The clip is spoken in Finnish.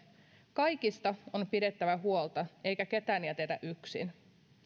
kaikista on pidettävä huolta eikä ketään jätetä yksin